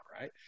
right